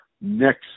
next